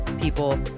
people